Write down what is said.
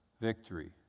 victory